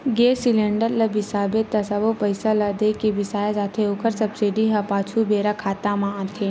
गेस cylinder ल बिसाबे त सबो पइसा ल दे के बिसाए जाथे ओखर सब्सिडी ह पाछू बेरा खाता म आथे